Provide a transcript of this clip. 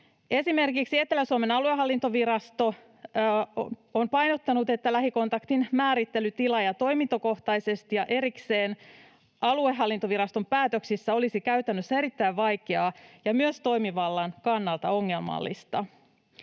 Esimerkiksi Etelä-Suomen aluehallintovirasto on painottanut, että lähikontaktin määrittely tila- ja toimintokohtaisesti ja erikseen aluehallintoviraston päätöksissä olisi käytännössä erittäin vaikeaa ja myös toimivallan kannalta ongelmallista.